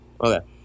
Okay